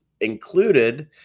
included